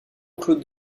claude